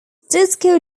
disco